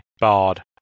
bard